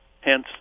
hence